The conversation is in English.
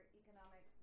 economic